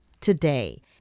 today